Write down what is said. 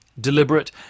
Deliberate